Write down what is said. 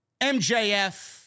MJF